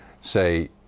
say